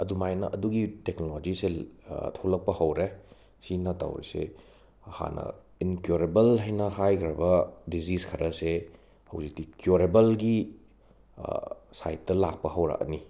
ꯑꯗꯨꯃꯥꯏꯅ ꯑꯗꯨꯒꯤ ꯇꯦꯛꯅꯣꯂꯣꯖꯤꯁꯦ ꯊꯣꯛꯂꯛꯄ ꯍꯧꯔꯦ ꯁꯤꯅ ꯇꯧꯔꯤꯁꯦ ꯍꯥꯟꯅ ꯏꯟꯀ꯭ꯌꯣꯔꯦꯕꯜ ꯍꯥꯏꯅ ꯍꯥꯏꯈ꯭ꯔꯒ ꯗꯤꯖꯤꯖ ꯈꯔꯁꯦ ꯍꯧꯖꯤꯛꯇꯤ ꯀ꯭ꯌꯣꯔꯦꯕꯜꯒꯤ ꯁꯥꯏꯠꯇ ꯂꯥꯛꯄ ꯍꯧꯔꯛꯑꯅꯤ